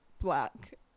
black